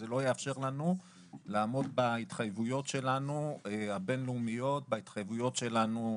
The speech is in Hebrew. זה לא יאפשר לנו לעמוד בהתחייבויות הבין-לאומיות שלנו,